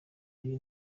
y’iyi